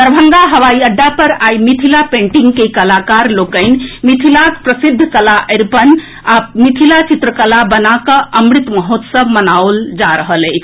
दरभंगा हवाई अड्डा पर आई मिथिला पेंटिंग के कलाकार लोकनि मिथिलाक प्रसिद्ध कला अरिपन आ मिथिला चित्रकला बना कऽ अमृत महोत्सव मनाओल जा रहल अछि